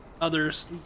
others